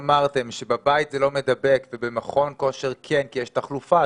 אמרתם שבבית זה לא מדבק ובחדר כושר כן כי יש תחלופה ,